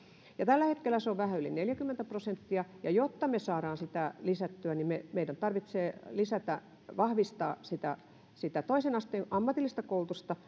tällä hetkellä se on vähän yli neljäkymmentä prosenttia ja jotta me saamme sitä lisättyä meidän tarvitsee vahvistaa toisen asteen ammatillista koulutusta